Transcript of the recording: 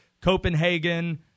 Copenhagen